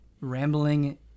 rambling